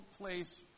place